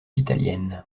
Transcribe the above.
italienne